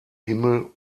himmel